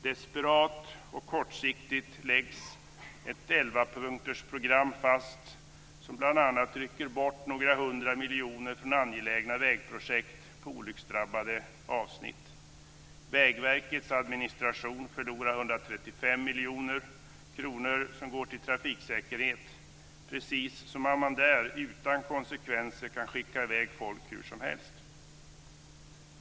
Desperat och kortsiktigt läggs ett 11 punktersprogram fast, som bl.a. rycker bort några hundra miljoner från angelägna vägprojekt på olycksdrabbade avsnitt. Vägverkets administration förlorar 135 miljoner kronor, som går till trafiksäkerhet, precis som om man där utan konsekvenser kan skicka i väg folk hur som helst.